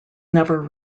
never